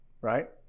right